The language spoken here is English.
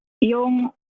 yung